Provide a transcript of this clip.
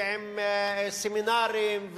ועם סמינרים,